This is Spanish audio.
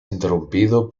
interrumpido